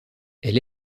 elle